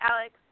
Alex